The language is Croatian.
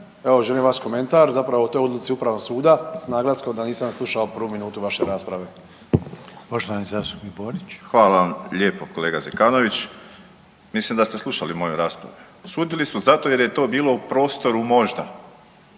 evo želim vaš komentar zapravo o toj odluci Upravnog suda s naglaskom da nisam slušao prvu minutu vaše rasprave. **Reiner, Željko (HDZ)** Poštovani zastupnik Borić. **Borić, Josip (HDZ)** Hvala vam lijepo kolega Zekanović. Mislim da ste slušali moju raspravu, sudili su zato jer je to bilo u prostoru možda,